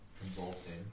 convulsing